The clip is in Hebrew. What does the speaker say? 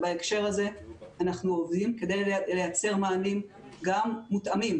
בהקשר הזה אנחנו עובדים כדי לייצר מענים גם מותאמים